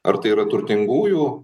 ar tai yra turtingųjų